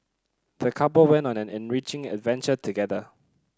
the couple went on an enriching adventure together